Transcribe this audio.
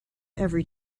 every